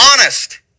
honest